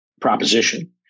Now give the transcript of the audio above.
proposition